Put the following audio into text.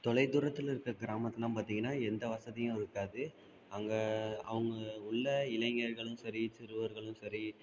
தொலைதூரத்தில் இருக்கற கிராமத்துலாம் பார்த்தீங்கன்னா எந்த வசதியும் இருக்காது அங்கே அவங்க உள்ள இளைஞர்களும் சரி சிறுவர்களும் சரி